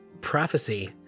Prophecy